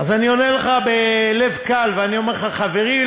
אז אני עונה לך בלב קל ואני אומר לך: חברי,